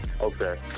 Okay